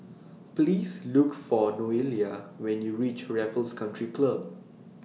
Please Look For Noelia when YOU REACH Raffles Country Club